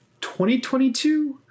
2022